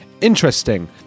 interesting